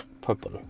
purple